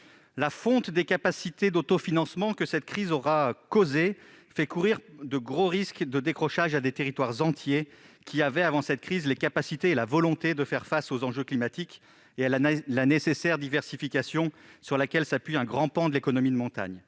La fonte des capacités d'autofinancement que cette crise aura provoquée fait courir de gros risques de décrochage à des territoires entiers qui, avant cette crise, avaient les capacités et la volonté de faire face aux enjeux climatiques et à la nécessaire diversification sur laquelle s'appuie un grand pan de l'économie de montagne.